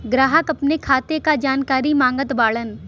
ग्राहक अपने खाते का जानकारी मागत बाणन?